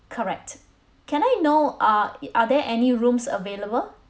correct can I know uh y~ are there any rooms available